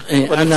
אז אנא.